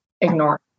ignore